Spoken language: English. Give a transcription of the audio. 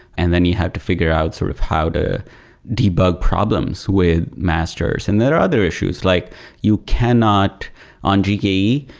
and then you have to figure out sort of how to debug problems with masters, masters, and there are other issues. like you cannot on gke,